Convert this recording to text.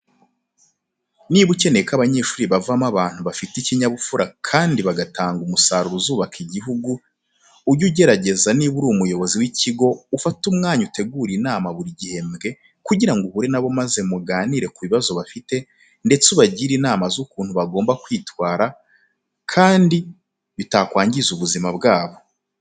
Niba ukeneye ko abanyeshuri bavamo abantu bafite ikinyabupfura kandi bagatanga umusaruro uzubaka igihugu, ujye ugerageza niba uri umuyobozi w'ikigo ufate umwanya utegure inama buri gihembwe kugira ngo uhure na bo maze muganire ku bibazo bafite ndetse ubagire inama z'ukuntu bagomba kwitwara kandi bitakwangiza ubuzima bwabo.